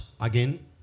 Again